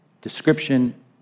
description